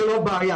זה לא בעיה.